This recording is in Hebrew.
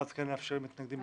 ואז כן לאפשר למתנגדים להגיע.